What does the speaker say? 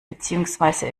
beziehungsweise